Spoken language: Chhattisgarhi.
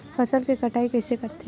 फसल के कटाई कइसे करथे?